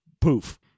poof